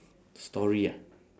story ah